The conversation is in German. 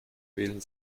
wählen